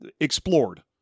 explored